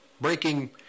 breaking